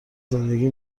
زندگی